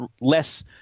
less